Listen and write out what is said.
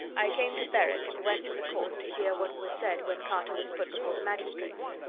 i came to berwick, and went to the court to hear what was said when carter was put before the magistrates.